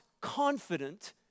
confident